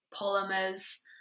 polymers